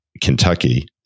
Kentucky